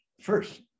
first